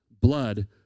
Blood